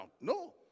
No